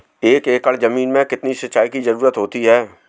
एक एकड़ ज़मीन में कितनी सिंचाई की ज़रुरत होती है?